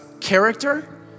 character